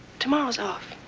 tomorrow's off.